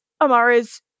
Amara's